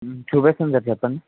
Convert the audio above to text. చూపిస్తాను సార్ చెప్పండి